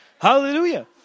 Hallelujah